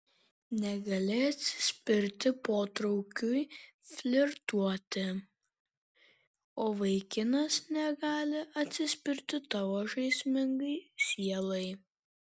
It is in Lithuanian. negali atsispirti potraukiui flirtuoti o vaikinas negali atsispirti tavo žaismingai sielai